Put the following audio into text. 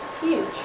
huge